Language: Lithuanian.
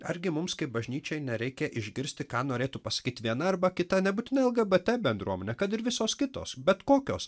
argi mums kaip bažnyčiai nereikia išgirsti ką norėtų pasakyt viena arba kita nebūtinai lgbt bendruomenė kad ir visos kitos bet kokios